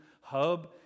hub